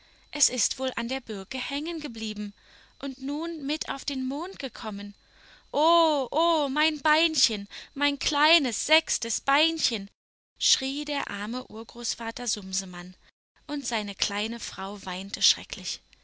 es ist wohl an der birke hängengeblieben und nun mit auf den mond gekommen oh oh mein beinchen mein kleines sechstes beinchen schrie der arme urgroßvater sumsemann und seine kleine frau weinte schrecklich